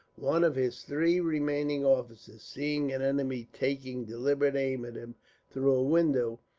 one of his three remaining officers, seeing an enemy taking deliberate aim at him through a window,